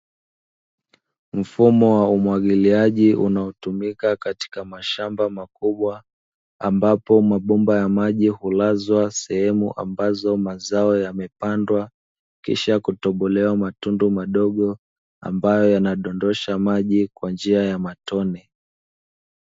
Mfumo wa umwagiliaji, unaotumika katika mashamba makubwa, ambapo mabomba ya maji hulazwa sehemu ambazo mazao yamepangwa kisha kutobolewa matundu madogo, ambayo yanadondosha maji kwa njia ya matone.